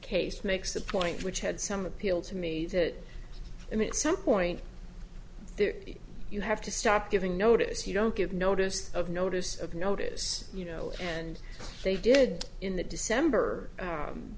case makes a point which had some appeal to me that i mean at some point you have to stop giving notice you don't give notice of notice of notice you know and they did in the december